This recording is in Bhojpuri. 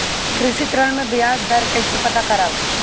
कृषि ऋण में बयाज दर कइसे पता करब?